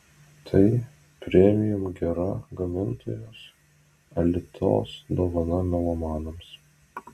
tai premium gera gamintojos alitos dovana melomanams